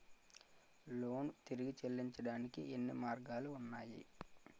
Loan తిరిగి చెల్లించటానికి ఎన్ని మార్గాలు ఉన్నాయి?